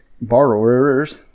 borrowers